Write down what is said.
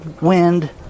wind